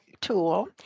tool